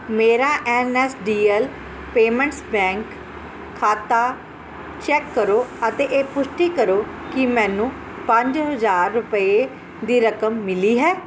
ਮੇਰਾ N S D L payments bank ਖਾਤਾ check ਕਰੋ ਅਤੇ ਇਹ ਪੁਸ਼ਟੀ ਕਰੋ ਕਿ ਮੈਨੂੰ ਪੰਜ ਹਜ਼ਾਰ ਰੁਪਏ ਦੀ ਰਕਮ ਮਿਲੀ ਹੈ